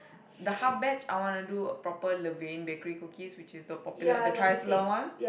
the half batch I wanna do a proper Levain Bakery cookies which is the popular the triathlon one